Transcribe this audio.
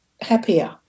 happier